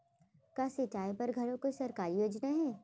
का सिंचाई बर घलो कोई सरकारी योजना हे?